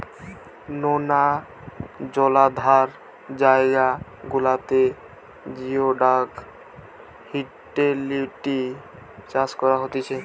নোনা জলাধার জায়গা গুলাতে জিওডাক হিটেলিডি চাষ করা হতিছে